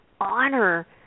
honor